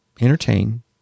entertain